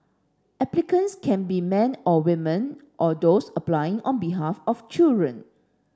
applicants can be men or women or doors applying on behalf of children